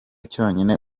cyonyine